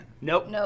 Nope